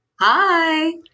Hi